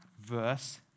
verse